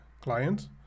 client